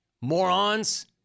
morons